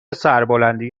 سربلندی